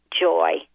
joy